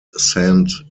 saint